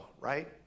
right